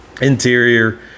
interior